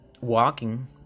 walking